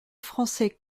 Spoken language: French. français